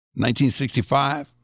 1965